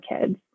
kids